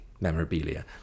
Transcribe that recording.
memorabilia